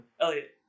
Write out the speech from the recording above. Elliot